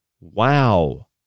Wow